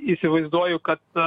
įsivaizduoju kad